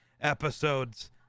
episodes